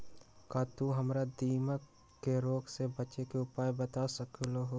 का तू हमरा दीमक के रोग से बचे के उपाय बता सकलु ह?